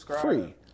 free